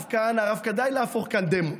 הרב כהנא, די להפוך לדמון.